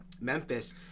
Memphis